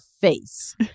face